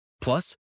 Plus